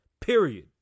Period